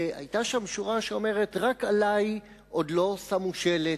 היתה שם שורה שאומרת: רק עלי עוד לא שמו שלט,